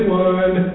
one